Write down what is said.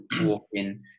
walking